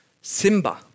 Simba